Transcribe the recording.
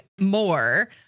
more